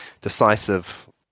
decisive